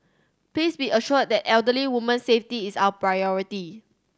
please be assured that elderly woman's safety is our priority